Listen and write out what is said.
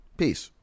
peace